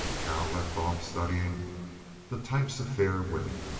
cal left off studying the types of fair women.